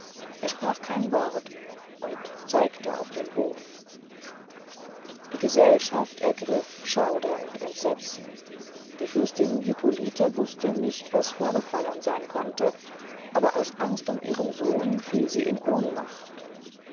er sprach kein wort und zeigte auf den hof die gesellschaft ergrif schauder und entsetzen die fürstin hippolite wuste nicht was vorgefallen seyn konnte aber aus angst um ihren sohn fiel sie in ohnmacht